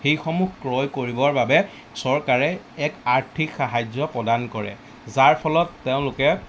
সেইসমূহ ক্ৰয় কৰিবৰ বাবে চৰকাৰে এক আৰ্থিক সাহাৰ্য্য প্ৰদান কৰে যাৰ ফলত তেওঁলোকে